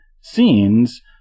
scenes